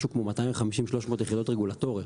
משהו כמו 250-200 יחידות רגולטוריות.